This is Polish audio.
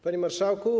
Panie Marszałku!